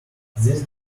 these